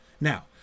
Now